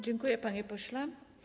Dziękuję, panie pośle.